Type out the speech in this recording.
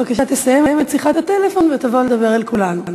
בבקשה תסיים את שיחת הטלפון ותבוא לדבר אל כולנו.